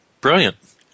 brilliant